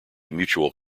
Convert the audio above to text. mutual